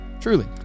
Truly